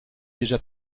déjà